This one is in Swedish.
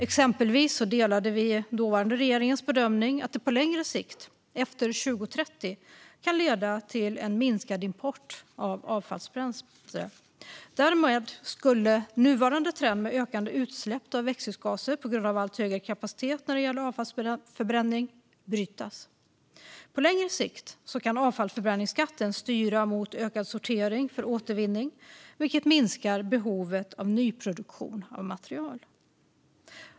Exempelvis delade vi den dåvarande regeringens bedömning att den på längre sikt, efter 2030, kan leda till en minskad import av avfallsbränsle. Därmed skulle nuvarande trend med ökande utsläpp av växthusgaser på grund av allt högre kapacitet när det gäller avfallsförbränning brytas. På längre sikt kan avfallsförbränningsskatten styra mot ökad sortering för återvinning, vilket minskar behovet av nyproduktion av material.